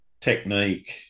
technique